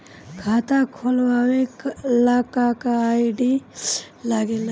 खाता खोलवावे ला का का आई.डी लागेला?